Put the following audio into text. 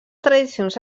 tradicions